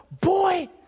Boy